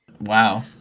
Wow